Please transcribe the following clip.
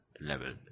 level